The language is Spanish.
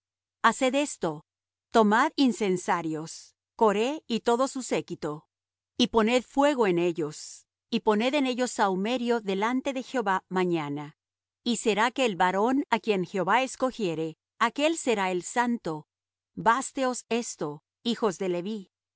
haced esto tomad incensarios coré y todo su séquito y poned fuego en ellos y poned en ellos sahumerio delante de jehová mañana y será que el varón á quien jehová escogiere aquel será el santo básteos esto hijos de leví